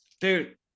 Dude